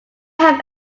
have